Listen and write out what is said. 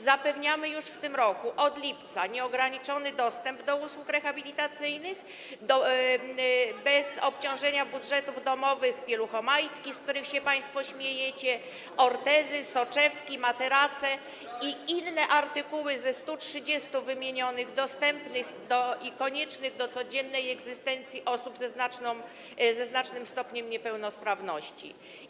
Zapewniamy już w tym roku, od lipca nieograniczony dostęp do usług rehabilitacyjnych, bez obciążania budżetów domowych, pieluchomajtki, z których się państwo śmiejecie, ortezy, soczewki, materace i inne artykuły z tych 130 wymienionych, dostępnych i koniecznych do codziennej egzystencji osób ze znacznym stopniem niepełnosprawności.